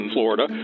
Florida